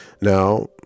Now